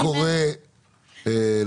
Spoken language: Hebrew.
אני קורא לך,